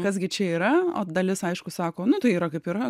kas gi čia yra o dalis aišku sako nu tai yra kaip yra